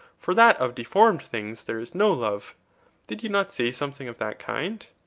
for that of deformed things there is no love did you not say something of that kind?